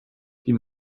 die